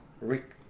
rick